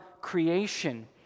creation